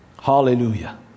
hallelujah